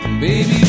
Baby